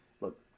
Look